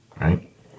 Right